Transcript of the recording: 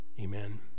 Amen